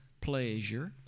pleasure